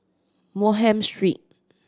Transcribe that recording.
Bonham Street